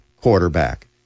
quarterback